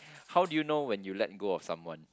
how do you know when you let go of someone